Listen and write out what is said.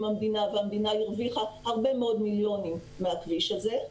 המדינה והמדינה הרוויחה הרבה מאוד מיליונים מהכביש הזה,